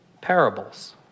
parables